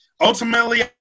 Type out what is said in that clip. Ultimately